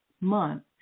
month